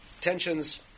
tensions